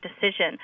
decision